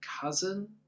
cousin